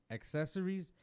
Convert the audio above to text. accessories